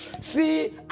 see